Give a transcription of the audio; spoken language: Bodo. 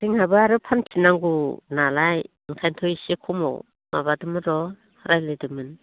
जोंहाबो आरो फानफिननांगौ नालाय ओंखान्थ' एसे खमाव माबादों र' रायज्लायदोंमोन